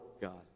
God